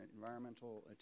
environmental